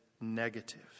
negative